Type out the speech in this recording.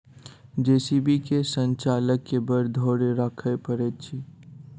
JCB के संचालक के बड़ धैर्य राखय पड़ैत छै